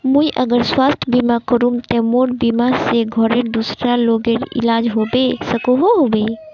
मुई अगर स्वास्थ्य बीमा करूम ते मोर बीमा से घोरेर दूसरा लोगेर इलाज होबे सकोहो होबे?